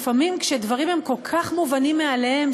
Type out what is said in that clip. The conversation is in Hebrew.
לפעמים כשדברים הם כל כך מובנים מאליהם,